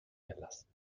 gelassen